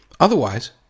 Otherwise